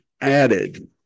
added